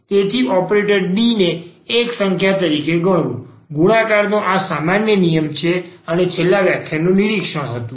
તેથી operator D ને એક સંખ્યા તરીકે ગણવું ગુણાકારના આ સામાન્ય નિયમો છે અને આ છેલ્લા વ્યાખ્યાનનું નિરીક્ષણ હતું